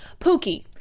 Pookie